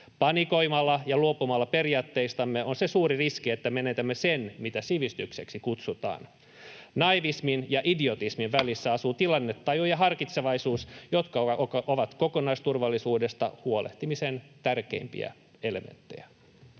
Panikoimisessa ja periaatteistamme luopumisessa on se suuri riski, että menetämme sen, mitä sivistykseksi kutsutaan. Naivismin ja idiotismin välissä asuu tilannetaju ja harkitsevaisuus, jotka ovat kokonaisturvallisuudesta huolehtimisen tärkeimpiä elementtejä.